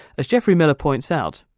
as geoffrey miller points out,